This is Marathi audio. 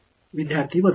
विद्यार्थीः वजन